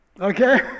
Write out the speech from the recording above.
okay